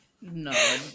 No